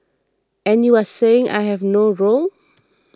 and you are saying I have no role